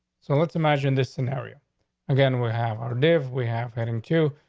so let's imagine this scenario again. we have our live we have heading to,